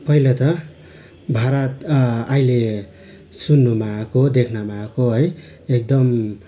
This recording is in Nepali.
पहिला त भारत अहिले सुन्नुमा आएको देख्नमा आएको है एकदम